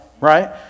right